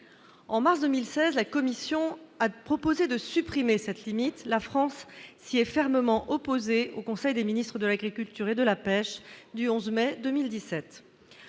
En mars 2016, la Commission européenne a proposé de supprimer cette limitation ; la France s'y est fermement opposée au conseil des ministres de l'agriculture et de la pêche du 11 mai 2017.